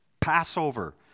Passover